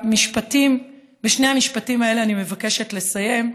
ובשני המשפטים האלה אני מבקשת לסיים,